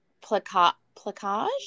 placage